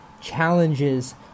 challenges